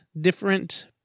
different